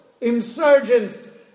insurgents